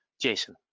Jason